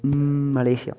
Malaysia